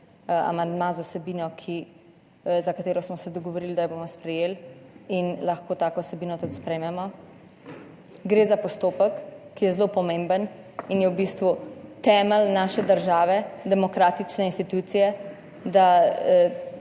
amandma z vsebino, za katero smo se dogovorili, da jo bomo sprejeli, in lahko tako vsebino tudi sprejmemo. Gre za postopek, ki je zelo pomemben in je v bistvu temelj naše države, demokratične institucije,